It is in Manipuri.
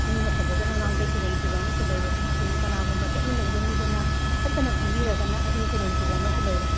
ꯃꯤꯅ ꯐꯖꯗꯅ ꯉꯥꯡꯕꯒꯤ ꯈꯨꯗꯣꯡꯊꯤꯕ ꯑꯃꯁꯨ ꯂꯩꯔꯦ ꯑꯗꯒꯤ ꯀꯅꯥꯒꯨꯝꯕ ꯆꯠꯃꯤꯟꯅꯔꯤꯕ ꯃꯤꯗꯨꯅ ꯐꯠꯇꯅ ꯈꯟꯕꯤꯔꯒꯅ ꯑꯗꯨꯒꯤ ꯈꯨꯗꯣꯡꯊꯤꯕ ꯑꯃꯁꯨ ꯂꯩꯔꯦ